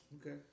Okay